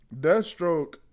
Deathstroke